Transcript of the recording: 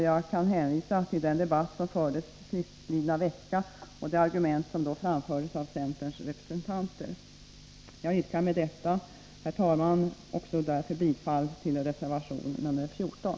Jag kan hänvisa till den debatt som fördes sistlidna vecka och de argument som då framfördes av centerns representanter. Jag yrkar med detta, herr talman, också bifall till reservation 14.